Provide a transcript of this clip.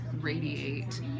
radiate